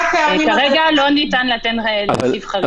כרגע לא ניתן לתת סעיף חריג כזה.